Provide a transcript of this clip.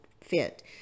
fit